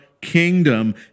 kingdom